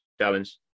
challenge